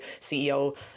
CEO